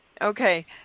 Okay